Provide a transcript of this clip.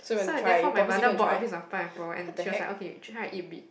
so and therefore my mother bought a piece of pineapple and cheers like okay try to eat bit